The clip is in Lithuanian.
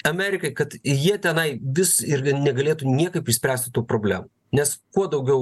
amerikai kad jie tenai vis irgi negalėtų niekaip išspręsti tų problemų nes kuo daugiau